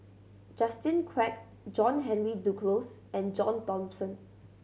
Justin Quek John Henry Duclos and John Thomson